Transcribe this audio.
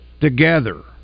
together